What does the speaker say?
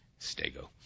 Stego